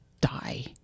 die